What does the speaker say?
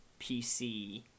PC